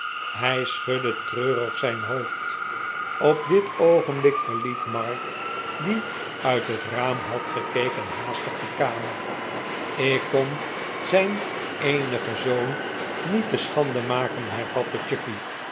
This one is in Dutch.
hij schudde treurig zijn hoofd op dit oogenblik verliet mark die uit het raam had gekeken haastig de kamer ik kon zijn eenigen zoon niet te schande maken hervatte